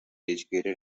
educated